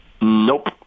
Nope